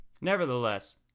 nevertheless